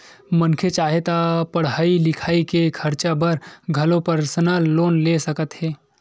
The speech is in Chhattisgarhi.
मनखे चाहे ता पड़हई लिखई के खरचा बर घलो परसनल लोन ले सकत हे